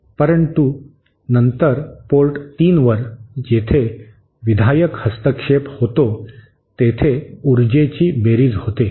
परंतु नंतर पोर्ट 3 वर जेथे विधायक हस्तक्षेप होतो तेथे ऊर्जेची बेरीज होते